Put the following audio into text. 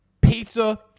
pizza